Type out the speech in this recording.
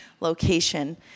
location